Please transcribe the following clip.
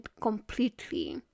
completely